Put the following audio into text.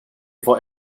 for